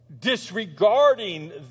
disregarding